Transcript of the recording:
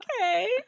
Okay